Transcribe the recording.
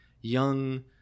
young